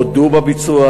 הודו בביצוע,